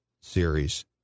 series